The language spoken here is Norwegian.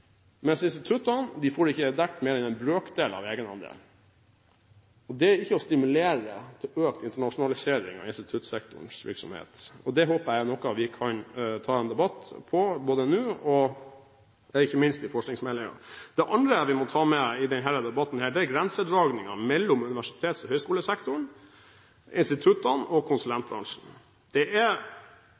mens instituttene ikke får dekket mer enn en brøkdel av egenandelen. Det er ikke å stimulere til økt internasjonalisering av instituttsektorens virksomhet. Det håper jeg at vi kan ta en debatt om, både nå og ikke minst i forbindelse med forskningsmeldingen. Det andre vi må ta med i denne debatten, er grensedragningene mellom universitetssektoren og høyskolesektoren, instituttene og konsulentbransjen.